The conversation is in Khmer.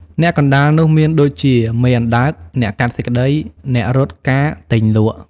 អ្នកកណ្ដាលនោះមានដូចជា មេអណ្ដើក អ្នកកាត់សេចក្ដី អ្នករត់ការទិញលក់ ។